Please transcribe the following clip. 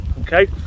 okay